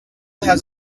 has